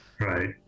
right